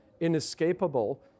inescapable